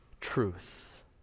truth